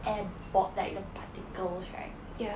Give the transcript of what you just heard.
air board like the particles right